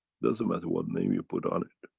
doesn't matter what name you put on it.